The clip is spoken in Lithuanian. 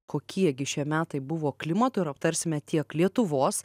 kokie gi šie metai buvo klimatui ir aptarsime tiek lietuvos